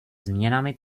změnami